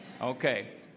okay